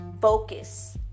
focus